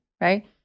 right